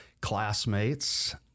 classmates